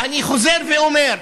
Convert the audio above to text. אני חוזר ואומר: